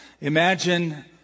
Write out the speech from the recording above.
Imagine